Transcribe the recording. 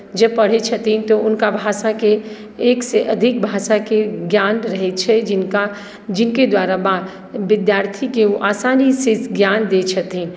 जे पढ़ैत छथिन तऽ हुनका भाषाके एकसँ अधिक भाषाके ज्ञान रहैत छै जिनका जिनके द्वारा विद्यार्थीकेँ ओ आसानीसँ ज्ञान दैत छथिन